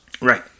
Right